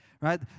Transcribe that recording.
right